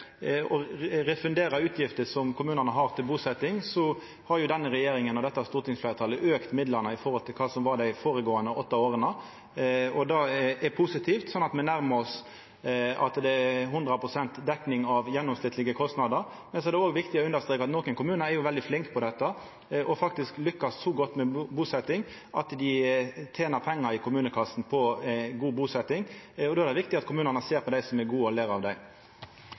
å refundera utgifter som kommunane har til busetjing, så har jo denne regjeringa og dette stortingsfleirtalet auka midlane i forhold til dei føregåande åtte åra, og det er positivt, slik at me nærmar oss at det er hundre prosent dekning av gjennomsnittlege kostnader. Men så er det òg viktig å understreka at nokre kommunar er veldig flinke på dette og faktisk lykkast så godt med busetjing at dei tener pengar til kommunekassen på god busetjing, og då er det viktig at kommunane ser på dei som er gode og lærer av dei.